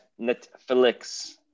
Netflix